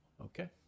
okay